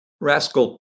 Rascal